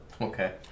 Okay